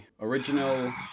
Original